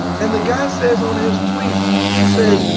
and the guy says on his tweet he says,